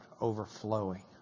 overflowing